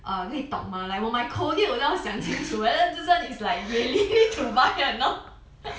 err 可以 tong mah 我买 colgate 我都要想清楚 whether this one is like really to buy or not